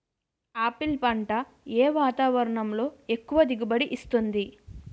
Apple పంట ఏ వాతావరణంలో ఎక్కువ దిగుబడి ఇస్తుంది?